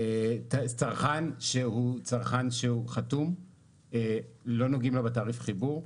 צרכן שהוא חתום לא נוגעים לו בתעריף החיבור,